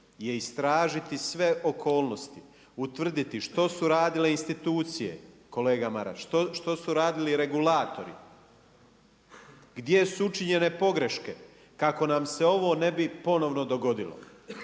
je istražiti sve okolnosti, utvrditi što su radile institucije kolega Maras, što su radili regulatori, gdje su učinjene pogreške kako nam se ovo ne bi ponovno dogodilo.